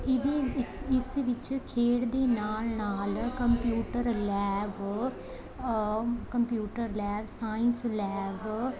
ਇਹਦੇ ਇ ਇਸ ਵਿੱਚ ਖੇਡ ਦੇ ਨਾਲ ਨਾਲ computer lab computer lab science lab